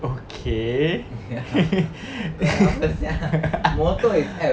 okay